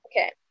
Okay